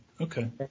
okay